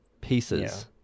pieces